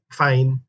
fine